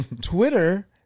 Twitter